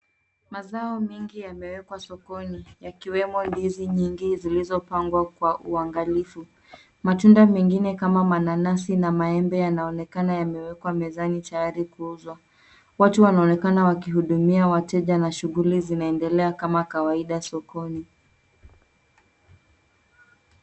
Mazao mengi yamewekwa sokoni, yakiwemo ndizi nyingi zilizopangwa kwa uangalifu. Matunda mengine kama mananasi na maembe yanaonekana yamewekwa mezani, tayari kuuzwa. Watu wanaonekana wakihudumia wateja na shughuli zinaendelea kama kawaida sokoni.